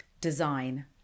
design